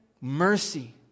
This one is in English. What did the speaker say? mercy